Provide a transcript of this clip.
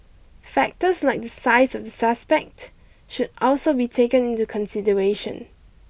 factors like the size of the suspect should also be taken into consideration